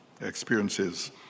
experiences